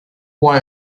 why